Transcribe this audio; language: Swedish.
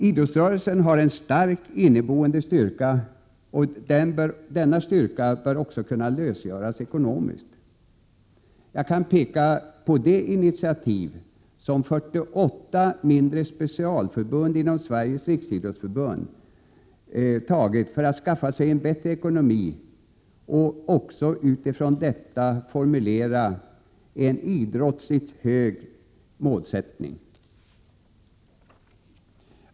Idrottsrörelsen har en stark egen inneboende styrka, och den bör kunna lösgöras ekonomiskt. Jag kan peka på det initiativ som 48 mindre specialförbund inom Sveriges riksidrottsförbund tagit för att skaffa sig en bättre ekonomi och utifrån detta formulera en idrottsligt hög målsättning.